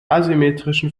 asymmetrischen